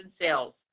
sales